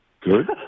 Good